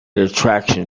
attraction